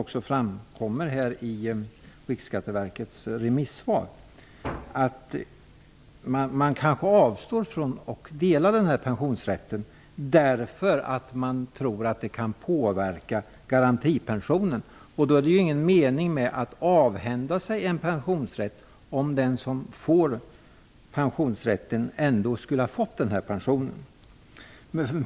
Det framkommer också av Riksskatteverkets remissvar att man kanske avstår från att dela denna pensionsrätt därför att man tror att det kan påverka garantipensionen. Det är ju ingen mening att avhända sig en pensionsrätt om den som får pensionsrätten ändå skulle fått denna pension.